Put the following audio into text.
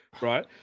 right